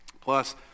Plus